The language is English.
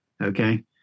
okay